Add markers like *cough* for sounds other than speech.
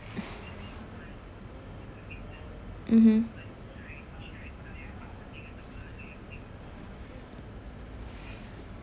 *breath* mmhmm